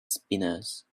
spinners